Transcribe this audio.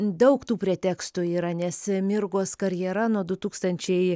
daug tų pretekstų yra nes mirgos karjera nuo du tūkstančiai